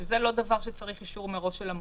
שזה לא דבר שצריך אישור מראש של המוקד,